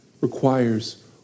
requires